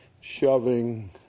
shoving